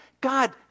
God